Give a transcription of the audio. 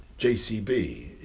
JCB